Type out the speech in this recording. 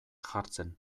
jartzen